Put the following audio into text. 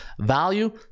Value